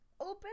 open